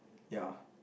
yeah